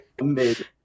Amazing